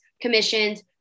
commissions